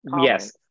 Yes